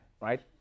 right